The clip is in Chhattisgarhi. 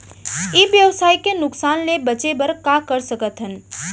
ई व्यवसाय के नुक़सान ले बचे बर का कर सकथन?